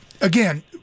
again